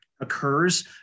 occurs